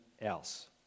else